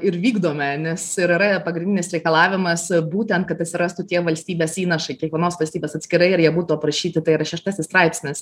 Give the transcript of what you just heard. ir vykdome nes ir yra pagrindinis reikalavimas būtent kad atsirastų tie valstybės įnašai kiekvienos valstybės atskirai ir jie būtų aprašyti tai yra šeštasis straipsnis